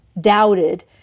doubted